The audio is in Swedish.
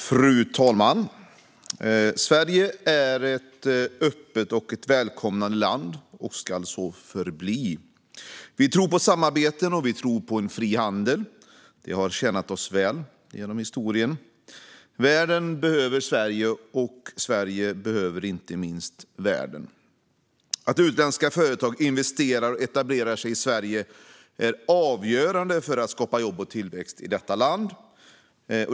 Fru talman! Sverige är ett öppet och välkomnande land och ska så förbli. Vi tror på samarbeten och på en fri handel. Det har genom historien tjänat oss väl. Världen behöver Sverige, och Sverige behöver inte minst världen. Att utländska företag investerar och etablerar sig i Sverige är avgörande för att skapa jobb och tillväxt i vårt land.